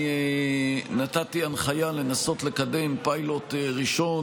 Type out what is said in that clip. אני נתתי הנחיה לנסות לקדם פיילוט ראשון